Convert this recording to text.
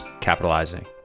capitalizing